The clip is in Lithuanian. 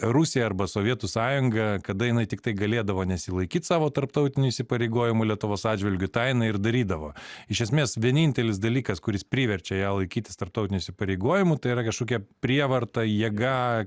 rusija arba sovietų sąjunga kada jinai tiktai galėdavo nesilaikyt savo tarptautinių įsipareigojimų lietuvos atžvilgiu tą jinai ir darydavo iš esmės vienintelis dalykas kuris priverčia ją laikytis tarptautinių įsipareigojimų tai yra kažkokia prievarta jėga